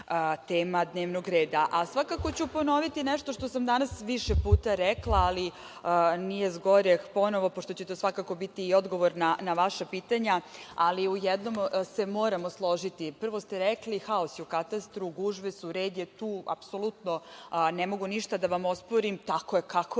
tema dnevnog reda. Svakako ću ponoviti nešto što sam danas više puta rekla, ali nije zgoreg ponovo, pošto će to svakako biti i odgovor na vaša pitanja, ali u jednom se moramo složiti. Prvo ste rekli haos je u katastru, gužve su, red je. Tu apsolutno ne mogu ništa da vam osporim. Tako je kako